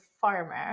farmer